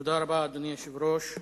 אדוני היושב-ראש,